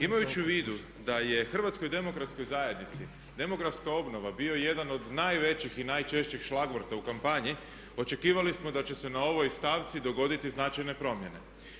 Imajući u vidu da je HDZ-u demografska obnova bio jedan od najvećih i najčešćih šlagvorta u kampanji očekivali smo da će se na ovoj stavci dogoditi značajne promjene.